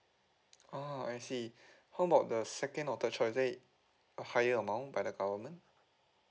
ah I see how about the second or third child is there a higher amount by the government